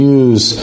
use